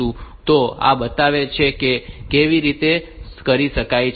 તો આ બતાવે છે કે આ કેવી રીતે કરી શકાય છે